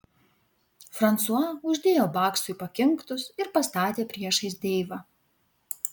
fransua uždėjo baksui pakinktus ir pastatė priešais deivą